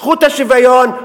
זכויות השוויון,